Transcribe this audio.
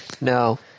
No